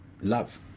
Love